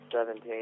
Seventeen